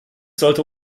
sollte